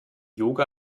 yoga